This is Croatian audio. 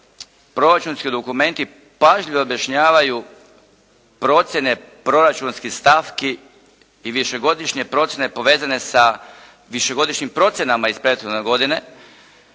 proračunski dokumenti pažljivo objašnjavaju procjene proračunskih stavki i višegodišnje procjene povezane sa višegodišnjim procjenama iz prethodne godine.